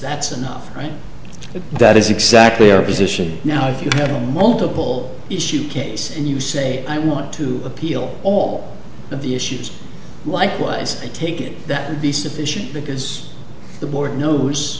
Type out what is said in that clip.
that's enough right but that is exactly our position now if you had a multiple issue case and you say i want to appeal all of the issues likewise i take it that would be sufficient because the board no